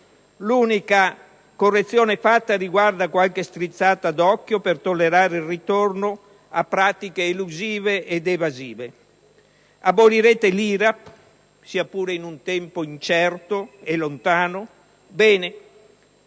L'unica correzione fatta riguarda qualche strizzata d'occhio per tollerare il ritorno a pratiche elusive ed evasive. Abolirete l'IRAP, sia pure in un tempo incerto e lontano? Bene,